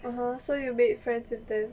(uh huh) so you made friends with them